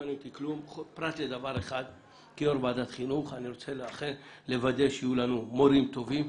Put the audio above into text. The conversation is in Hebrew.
כיו"ר ועדת חינוך אני רוצה לוודא שיהיו לנו מורים טובים,